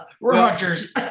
Rogers